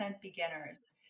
beginners